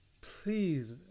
Please